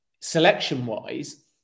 selection-wise